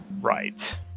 Right